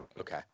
Okay